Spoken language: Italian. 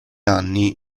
anni